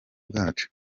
bwacu